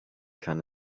kann